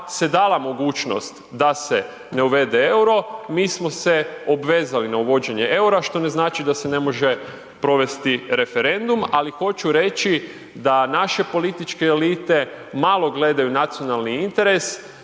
se dala mogućnost da se ne uvede euro, mi smo se obvezali na uvođenje eura što ne znači da se ne može provesti referendum ali hoću reći da naše političke elite malo gledaju nacionalni interes